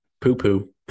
Poo-poo